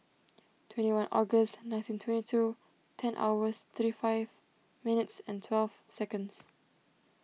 twenty one August nothing twenty two ten hours thirty five minutes and twelve seconds